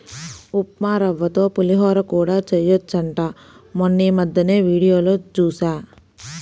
ఉప్మారవ్వతో పులిహోర కూడా చెయ్యొచ్చంట మొన్నీమద్దెనే వీడియోలో జూశా